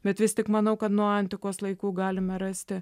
bet vis tik manau kad nuo antikos laikų galime rasti